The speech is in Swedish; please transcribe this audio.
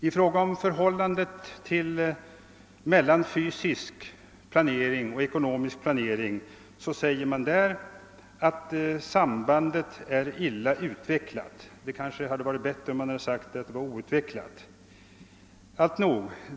I fråga om förhållandet mellan fysisk och ekonomisk planering säger man att >sambandet är illa utvecklat>. Det kanske hade varit bättre om man hade sagt att det varit outvecklat.